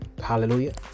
Hallelujah